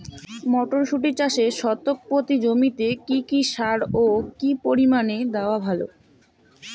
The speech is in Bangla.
মটরশুটি চাষে শতক প্রতি জমিতে কী কী সার ও কী পরিমাণে দেওয়া ভালো?